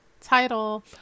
title